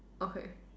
okay